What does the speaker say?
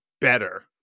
better